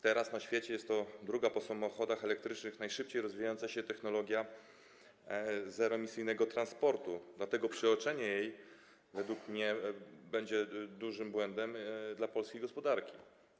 Teraz na świecie jest to druga po samochodach elektrycznych najszybciej rozwijająca się technologia zeroemisyjnego transportu, dlatego jej przeoczenie według mnie będzie dużym błędem dla polskiej gospodarki.